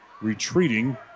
retreating